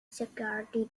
security